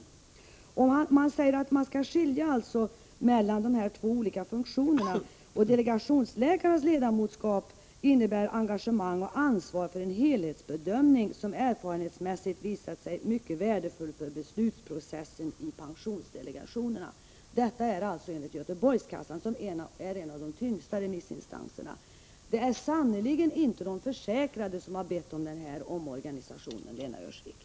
Göteborgskassan säger vidare att man skall skilja mellan de här två olika funktionerna och att delegationsläkarnas ledamotskap innebär engagemang och ansvar för en helhetsbedömning som erfarenhetsmässigt visat sig mycket värdefull för beslutsprocessen i pensionsdelegationerna. Detta alltså enligt en av de tunga remissinstanserna. Det är sannerligen inte de försäkrade som har bett om den här omorganisationen, Lena Öhrsvik.